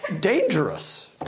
dangerous